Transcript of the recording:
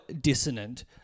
dissonant